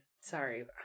Sorry